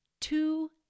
Two